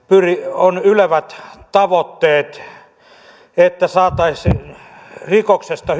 on ylevät tavoitteet että saataisiin rikoksesta